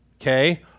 Okay